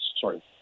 Sorry